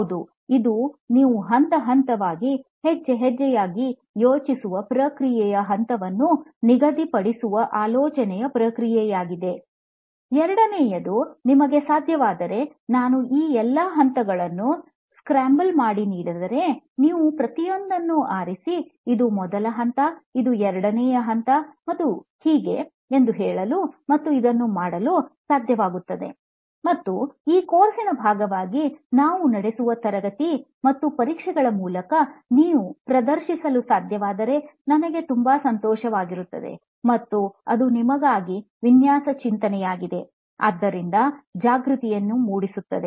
ಹೌದು ಇದು ನೀವು ಹಂತ ಹಂತವಾಗಿ ಹೆಜ್ಜೆ ಹೆಜ್ಜೆಯಾಗಿ ಯೋಚಿಸುವ ಪ್ರಕ್ರಿಯೆಯ ಹಂತವನ್ನು ನಿಗದಿಪಡಿಸುವ ಆಲೋಚನೆಯ ಪ್ರಕ್ರಿಯೆಯಾಗಿದೆ ಎರಡನೆಯದು ನಿಮಗೆ ಸಾಧ್ಯವಾದರೆ ನಾನು ಈ ಎಲ್ಲಾ ಹಂತಗಳನ್ನು ಸ್ಕ್ರಾಂಬಲ್ ಮಾಡಿ ನೀಡಿದರೆ ನೀವು ಪ್ರತಿಯೊಂದನ್ನು ಆರಿಸಿ ಇದು ಮೊದಲ ಹಂತ ಇದು ಎರಡನೇ ಹಂತ ಮತ್ತು ಹೀಗೆ ಹೀಗೆ ಎಂದು ಹೇಳಲು ಮತ್ತು ಇದನ್ನು ಮಾಡಲು ಸಾಧ್ಯವಾಗುತ್ತದೆ ಮತ್ತು ಈ ಕೋರ್ಸ್ನ ಭಾಗವಾಗಿ ನಾವು ನಡೆಸುವ ತರಗತಿ ಮತ್ತು ಪರೀಕ್ಷೆಗಳ ಮೂಲಕ ನೀವು ಪ್ರದರ್ಶಿಸಲು ಸಾಧ್ಯವಾದರೆ ನಮಗೆ ತುಂಬಾ ಸಂತೋಷವಾಗಿರುತ್ತದೆ ಮತ್ತು ಅದು ನಿಮಗಾಗಿ ವಿನ್ಯಾಸ ಚಿಂತನೆಯಾಗಿದೆ ಆದ್ದರಿಂದ ಜಾಗೃತಿಯನ್ನು ಮೂಡಿಸುತ್ತದೆ